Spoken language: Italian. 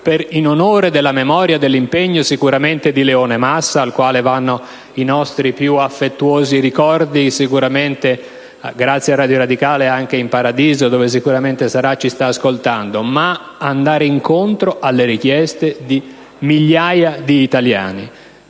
in onore della memoria e dell'impegno di Leone Massa (al quale vanno i nostri più affettuosi ricordi e che, sicuramente, grazie a Radio Radicale, anche in Paradiso, dove sicuramente si trova, ci sta ascoltando), ma anche per andare incontro alle richieste di migliaia di italiani.